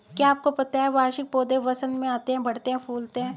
क्या आपको पता है वार्षिक पौधे वसंत में आते हैं, बढ़ते हैं, फूलते हैं?